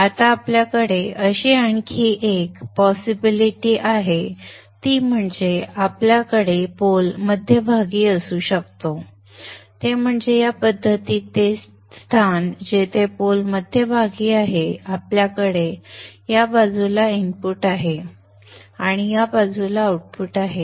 आता आपल्याकडे अशी आणखी एक संभाव्य स्थिती आहे ती म्हणजे आपल्याकडे पोल मध्यभागी असू शकतो ते म्हणजे या पद्धतीत ते स्थान जेथे पोल मध्यभागी आहे आपल्याकडे या बाजूला इनपुट आहे आणि या बाजूला आउटपुट आहे